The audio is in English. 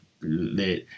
let